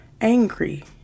angry